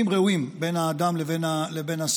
הייתי אומר.